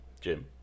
Jim